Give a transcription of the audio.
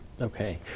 Okay